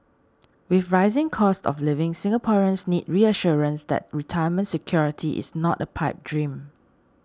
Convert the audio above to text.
with rising costs of living Singaporeans need reassurance that retirement security is not a pipe dream